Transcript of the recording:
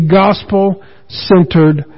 gospel-centered